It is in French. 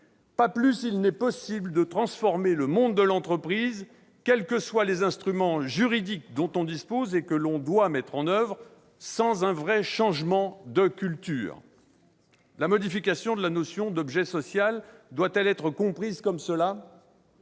il n'est possible de transformer le monde de l'entreprise, quels que soient les instruments juridiques dont on dispose et que l'on doit mettre en oeuvre, sans un vrai changement de culture. La modification de la notion d'objet social doit-elle être comprise comme cela ?